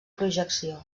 projecció